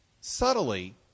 subtly